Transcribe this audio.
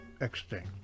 extinct